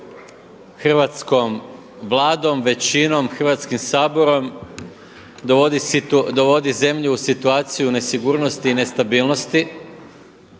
hrvatskom Vladom većinom, Hrvatskim saborom dovodi zemlju u situaciju nesigurnosti i nestabilnosti